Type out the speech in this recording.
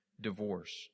divorce